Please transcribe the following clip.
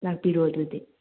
ꯂꯥꯛꯄꯤꯔꯣ ꯑꯗꯨꯗꯤ